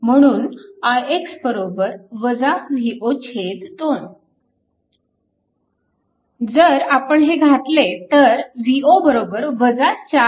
म्हणून ix V0 2 जर आपण हे घातले तर V0 4 i0